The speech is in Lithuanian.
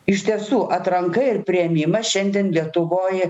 iš tiesų atranka ir priėmimas šiandien lietuvoj